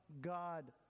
God